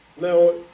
Now